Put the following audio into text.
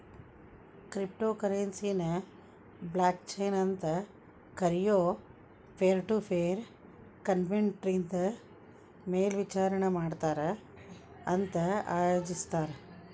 crypto ಕರೆನ್ಸಿನ blockchain ಅಂತ್ ಕರಿಯೊ ಪೇರ್ಟುಪೇರ್ ನೆಟ್ವರ್ಕ್ನಿಂದ ಮೇಲ್ವಿಚಾರಣಿ ಮಾಡ್ತಾರ ಮತ್ತ ಆಯೋಜಿಸ್ತಾರ